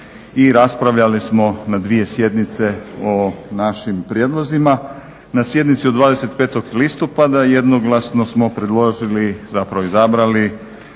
i raspravljali smo na dvije sjednice o našim prijedlozima. Na sjednici od 25. listopada jednoglasno smo predložili, zapravo izabrali